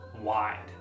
wide